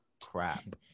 crap